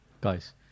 Guys